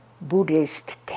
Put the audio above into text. Buddhist